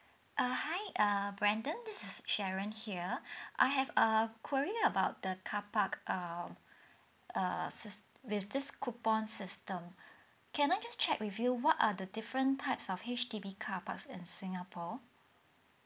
uh hi err brandon this is sharon here I have a query about the carpark um uh sis~ with this coupon system can I just check with you what are the different types of H_D_B carparks in singapore